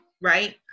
right